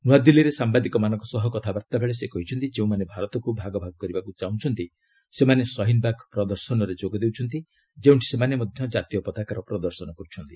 ନୂଆଦିଲ୍ଲୀରେ ସାମ୍ବାଦିକମାନଙ୍କ ସହ କଥାବାର୍ତ୍ତା ବେଳେ ସେ କହିଛନ୍ତି ଯେଉଁମାନେ ଭାରତକୁ ଭାଗଭାଗ କରିବାକୁ ଚାହୁଁଛନ୍ତି ସେମାନେ ସହିନବାଗ ପ୍ରଦର୍ଶନରେ ଯୋଗ ଦେଉଛନ୍ତି ଯେଉଁଠି ସେମାନେ ମଧ୍ୟ ଜାତୀୟ ପତାକାର ପ୍ରଦର୍ଶନ କରୁଛନ୍ତି